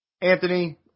Anthony